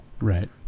right